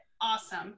Awesome